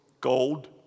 Gold